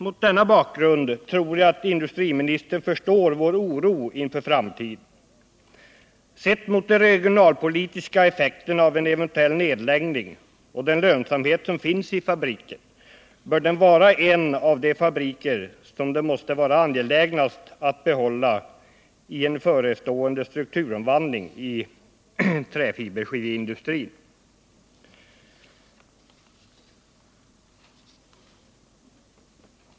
Mot denna bakgrund tror jag att industriministern förstår vår oro inför framtiden. Med tanke på de regionalpolitiska effekterna av en eventuell nedläggning och den lönsamhet som fabriken har bör den vara en av de anläggningar som det måste vara angelägnast att behålla i en förestående strukturomvandling i träfiberskiveindustrin.